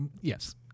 Yes